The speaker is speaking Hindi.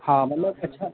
हाँ मतलब अच्छा